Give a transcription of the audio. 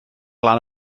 lan